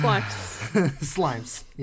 Slimes